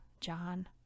John